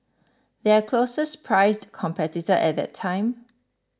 their closest priced competitor at that time